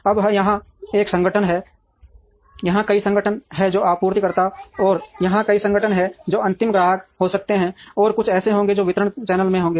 अब यहां एक संगठन है यहां कई संगठन हैं जो आपूर्तिकर्ता हैं और यहां कई संगठन हैं जो अंतिम ग्राहक हो सकते हैं और कुछ ऐसे होंगे जो वितरण चैनल में होंगे